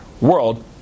world